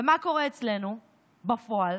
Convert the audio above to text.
ומה קורה אצלנו בפועל?